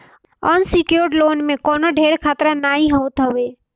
unsecured loan में कवनो ढेर खतरा नाइ होत हवे